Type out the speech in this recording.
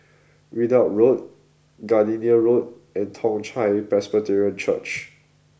Ridout Road Gardenia Road and Toong Chai Presbyterian Church